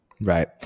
Right